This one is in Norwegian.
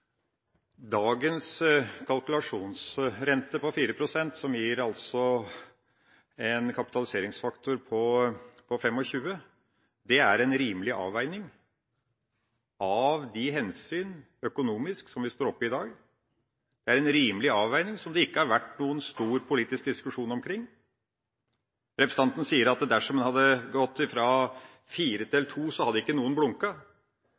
Dagens kalkulasjonsrente på 4 pst., som gir en kapitaliseringsfaktor på 25, er en rimelig avveining av de økonomiske hensyn som vi står oppe i i dag. Det er en rimelig avveining som det ikke har vært noen stor politisk diskusjon omkring. Representanten sier at dersom en hadde gått fra 4 til 2 pst., hadde ikke noen